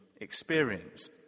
experience